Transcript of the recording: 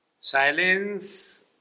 Silence